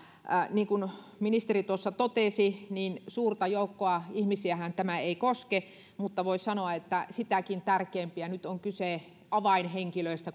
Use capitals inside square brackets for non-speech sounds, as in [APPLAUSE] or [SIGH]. niin kuin ministeri totesi niin suurta joukkoa ihmisiähän tämä ei koske mutta voisi sanoa että sitäkin tärkeämpää nyt on kyse avainhenkilöistä [UNINTELLIGIBLE]